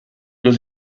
los